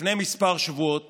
לפני כמה שבועות